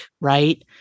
right